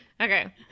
Okay